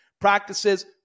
Practices